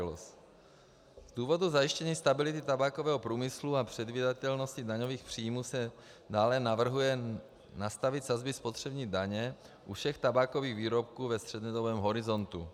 Z důvodu zajištění stability tabákového průmyslu a předvídatelnosti daňových příjmů se dále navrhuje nastavit sazby spotřební daně u všech tabákových výrobků ve střednědobém horizontu.